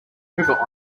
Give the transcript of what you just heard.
river